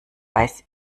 weiß